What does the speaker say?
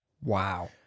Wow